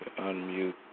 Unmute